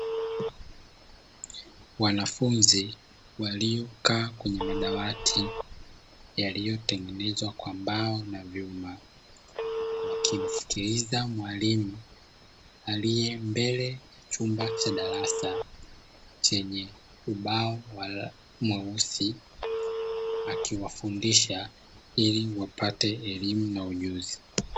Wanafunzi waliokaa kwenye madawati yaliyotengenezwa kwa mbao na vyuma wakimsikiliza mwalimu aliye mbele ya chumba cha darasa chenye ubao mweusi akiwafundisha ili wapate elimu na ujuzi.